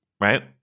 right